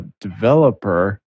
developer